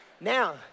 Now